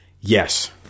Yes